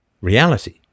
reality